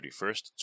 31st